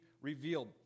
revealed